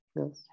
yes